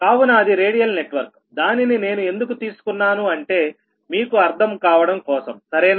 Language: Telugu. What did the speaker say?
కావున అది రేడియల్ నెట్వర్క్ దానిని నేను ఎందుకు తీసుకున్నాను అంటే మీకు అర్థం కావడం కోసం సరేనా